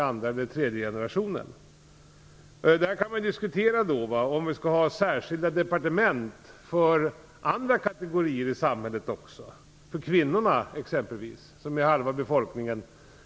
Man kan då diskutera om man skall ha särskilda departement också för andra kategorier i samhället, exempelvis för kvinnorna som utgör halva befolkningen.